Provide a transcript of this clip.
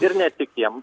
ir ne tik jiem